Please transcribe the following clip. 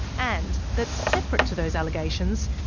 and that separate to those allegations,